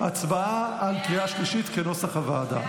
הצבעה בקריאה שלישית כנוסח הוועדה.